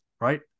right